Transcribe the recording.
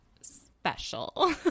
Special